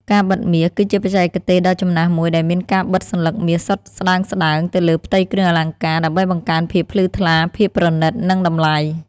ការបិតមាស គឺជាបច្ចេកទេសដ៏ចំណាស់មួយដែលមានការបិតសន្លឹកមាសសុទ្ធស្តើងៗទៅលើផ្ទៃគ្រឿងអលង្ការ ដើម្បីបង្កើនភាពភ្លឺថ្លា ភាពប្រណីត និងតម្លៃ។